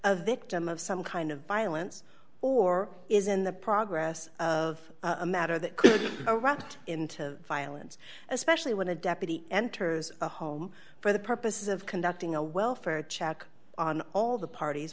a victim of some kind of violence or is in the progress of a matter that could erupt into violence especially when a deputy enters a home for the purposes of conducting a welfare check on all the parties